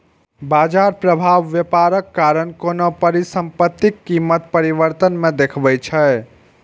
बाजार प्रभाव व्यापारक कारण कोनो परिसंपत्तिक कीमत परिवर्तन मे देखबै छै